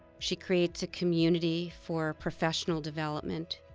she creates a community for professional development.